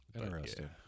Interesting